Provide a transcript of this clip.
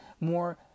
more